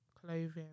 clothing